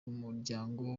umuryango